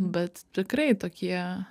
bet tikrai tokie